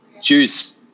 Juice